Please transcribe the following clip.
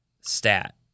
stat